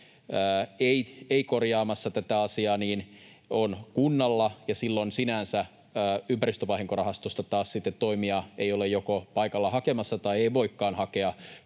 ei-korjaamassa tätä asiaa on kunnalla. Silloin sinänsä ympäristövahinkorahastosta taas sitten toimija ei joko ole paikalla hakemassa tai ei voikaan hakea